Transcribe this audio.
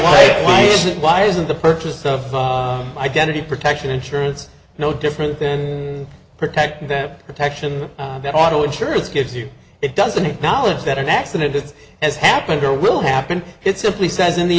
selling it why isn't the purpose of identity protection insurance no different than protecting them protection that auto insurance gives you it doesn't acknowledge that an accident that has happened or will happen it simply says in the